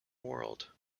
world